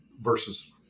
versus